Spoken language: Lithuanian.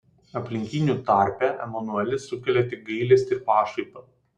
aplinkinių tarpe emanuelis sukelia tik gailestį ir pašaipą